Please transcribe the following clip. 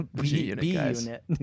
B-Unit